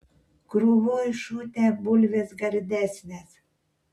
krūvoj šutę bulvės gardesnės